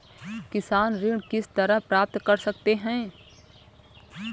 किसान ऋण किस तरह प्राप्त कर सकते हैं?